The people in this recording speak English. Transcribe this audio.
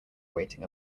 awaiting